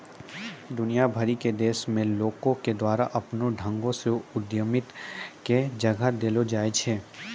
दुनिया भरि के देशो मे लोको के द्वारा अपनो ढंगो से उद्यमिता के जगह देलो जाय छै